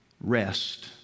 rest